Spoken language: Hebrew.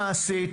מה עשית?